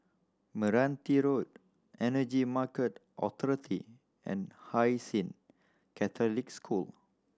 Meranti Road Energy Market Authority and Hai Sing Catholic School